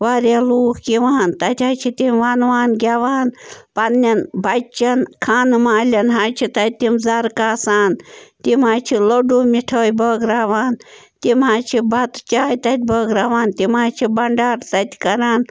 واریاہ لوٗکھ یِوان تَتہِ حظ چھِ تِم وَنوان گیٚوان پَنٛنٮ۪ن بَچَن خانہٕ مالٮ۪ن حظ چھِ تَتہِ تِم زَرٕ کاسان تِم حظ چھِ لۄڈوٗ مِٹھٲے بٲگٕراوان تِم حظ چھِ بَتہٕ چاے تَتہِ بٲگٕراوان تِم حظ چھِ بَنٛڈار تَتہِ کران